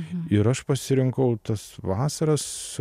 ir aš pasirinkau tas vasaras